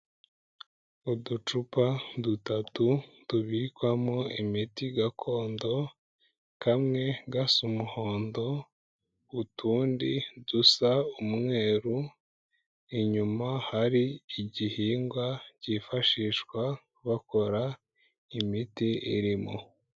Uducupa dutatu tubikwamo imiti gakondo kamwe gasa umuhondo, utundi dusa umweru inyuma hari igihingwa cyifashishwa bakora imiti irimo.